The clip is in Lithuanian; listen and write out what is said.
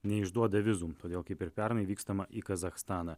neišduoda vizų todėl kaip ir pernai vykstama į kazachstaną